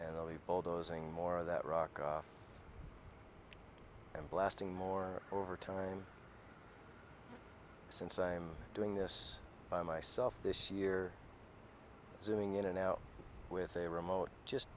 and all the bulldozing more of that rock and blasting more over time since i'm doing this by myself this year zooming in and out with a remote just